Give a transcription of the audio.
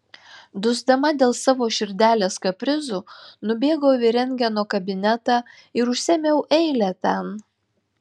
dusdama dėl savo širdelės kaprizų nubėgau į rentgeno kabinetą ir užsiėmiau eilę ten